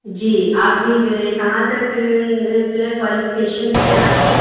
जी आपने जो है कहाँ तक जो है क्वालिफ़िकेशन है आपकी